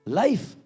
life